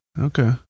Okay